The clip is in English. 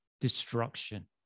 destruction